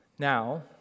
Now